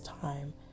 time